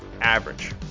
Average